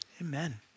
Amen